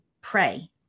pray